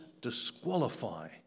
disqualify